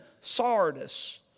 Sardis